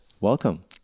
Welcome